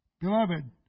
Beloved